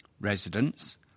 Residents